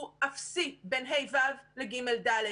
הוא אפסי בין כיתות ה-ו' לכיתות ג'-ד'.